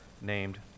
named